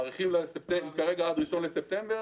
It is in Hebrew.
מאריכים לה כרגע עד 1 בספטמבר,